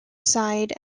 side